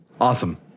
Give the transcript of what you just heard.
Awesome